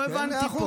לא הבנתי.